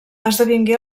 esdevingué